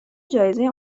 جایزه